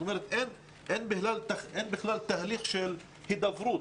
אין בכלל תהליך של הדברות,